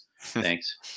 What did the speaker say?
Thanks